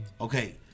okay